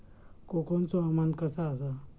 कोकनचो हवामान कसा आसा?